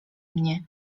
mnie